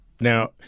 Now